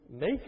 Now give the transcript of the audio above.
make